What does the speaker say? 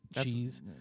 cheese